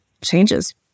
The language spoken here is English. changes